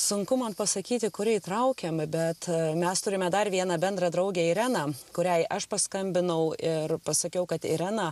sunku man pasakyti kuri įtraukėme bet mes turime dar vieną bendrą draugę ireną kuriai aš paskambinau ir pasakiau kad irena